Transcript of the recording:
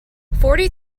forty